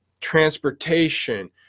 transportation